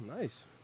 nice